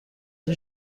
این